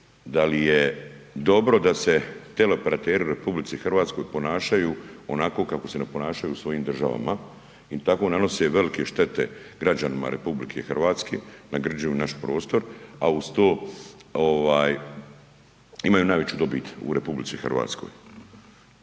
da li je dobro da se teleoperateri u RH ponašaju onako kako se ne ponašaju u svojim državama i tako nanose velike štete građanima RH, nagrđuju naš prostor, a uz to ovaj imaju najveću dobit u RH. HT koji